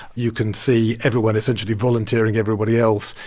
you can see everyone essentially volunteering everybody else,